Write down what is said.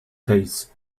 tastes